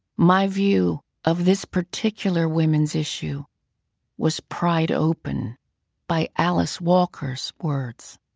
my view of this particular women's issue was pried open by alice walker's words.